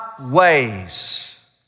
ways